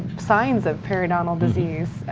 signs of periodontal disease,